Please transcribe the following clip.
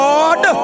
Lord